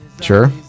Sure